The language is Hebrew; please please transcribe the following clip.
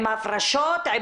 עם הפרשות.